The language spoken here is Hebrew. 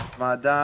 זאת ועדה